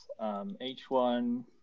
h1